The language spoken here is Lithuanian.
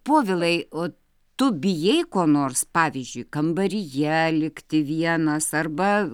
povilai o tu bijai ko nors pavyzdžiui kambaryje likti vienas arba